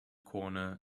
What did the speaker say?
corner